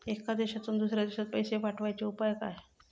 एका देशातून दुसऱ्या देशात पैसे पाठवचे उपाय काय?